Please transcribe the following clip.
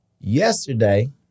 yesterday